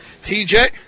TJ